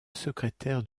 secrétaires